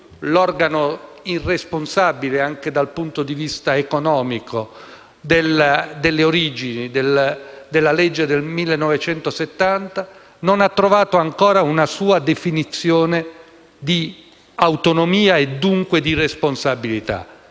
l'organo irresponsabile, anche dal punto di vista economico, delle origini (della legge n. 281 del 1970), ma non ha trovato ancora una sua definizione di autonomia e dunque di responsabilità.